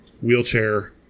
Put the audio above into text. wheelchair